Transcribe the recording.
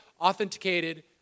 authenticated